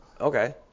Okay